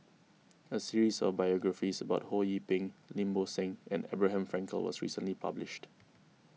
a series of biographies about Ho Yee Ping Lim Bo Seng and Abraham Frankel was recently published